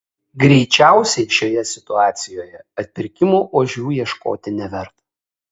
greičiausiai šioje situacijoje atpirkimo ožių ieškoti neverta